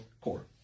core